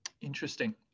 Interesting